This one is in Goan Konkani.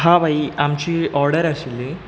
हां भाई आमची ऑर्डर आशिल्ली